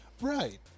Right